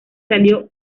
salió